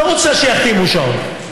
רוצה שיחתימו שעון.